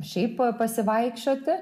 šiaip pasivaikščioti